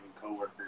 co-workers